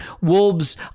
Wolves